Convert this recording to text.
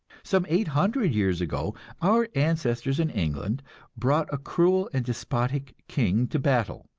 some eight hundred years ago our ancestors in england brought a cruel and despotic king to battle,